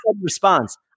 response